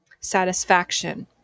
satisfaction